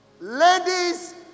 Ladies